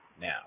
now